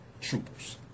troopers